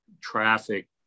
traffic